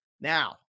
Now